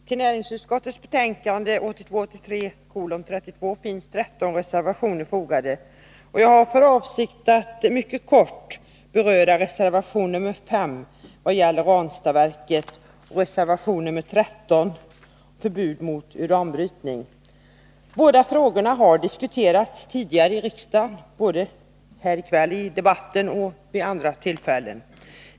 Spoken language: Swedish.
Herr talman! Till näringsutskottets betänkande 1982/83:32 finns 13 reservationer fogade. Jag har för avsikt att mycket kort beröra reservation 5, som gäller Ranstadsverket, och reservation 13, om förbud mot uranbrytning. Båda frågorna har tidigare diskuterats i riksdagen, både i kväll och vid andra tillfällen.